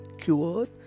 cured